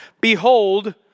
behold